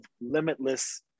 limitless